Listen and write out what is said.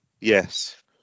Yes